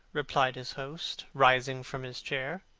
replied his host, rising from his chair.